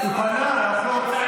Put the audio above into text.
אה, אז זה בסדר.